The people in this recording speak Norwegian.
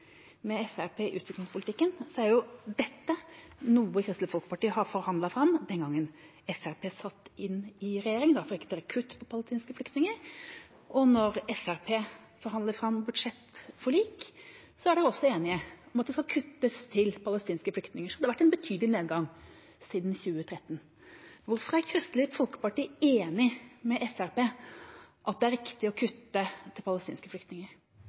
med Fremskrittspartiet i utviklingspolitikken, er jo dette noe Kristelig Folkeparti forhandlet fram den gangen Fremskrittspartiet satt i regjering: kutt til palestinske flyktninger. Og når Fremskrittspartiet forhandler fram budsjettforlik, er det også enighet om at det skal kuttes til palestinske flyktninger. Så det har vært en betydelig nedgang siden 2013. Hvorfor er Kristelig Folkeparti enig med Fremskrittspartiet i at det er riktig å kutte til palestinske flyktninger?